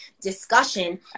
discussion